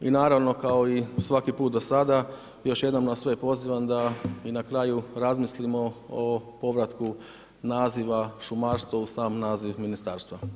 Naravno kao i svaki put do sada, još jednom nas sve pozivam da i na kraju razmislimo o povratku nazivu šumarstva u sam naziv ministarstva.